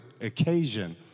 occasion